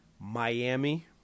Miami